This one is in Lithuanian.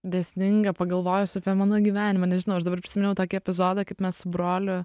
dėsninga pagalvojus apie mano gyvenimą nežinau aš dabar prisiminiau tokį epizodą kaip mes su broliu